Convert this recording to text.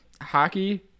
Hockey